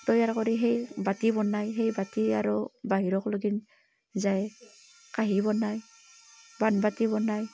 তৈয়াৰ কৰি সেই বাতি বনায় সেই বাতি আৰু বাহিৰক লগিন যায় কাঁহী বনায় বান বাতি বনায়